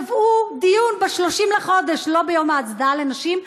קבעו דיון ב-30 בחודש, לא ביום ההצדעה לנשים,